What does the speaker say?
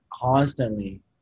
constantly